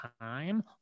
time